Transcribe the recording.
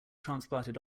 transplanted